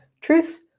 Truth